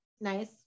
nice